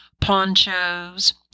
ponchos